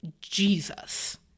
jesus